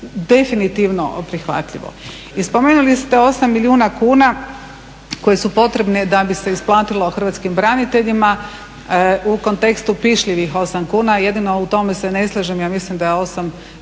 definitivno prihvatljivo. I spomenuli ste osam milijuna kuna koji su potrebni da bi se isplatilo hrvatskim braniteljima u kontekstu pišljivih osam kuna. Jedino u tome se ne slažem. Ja mislim da je osam milijuna